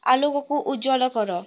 ଆଲୋକକୁ ଉଜ୍ଜ୍ୱଳ କର